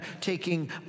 taking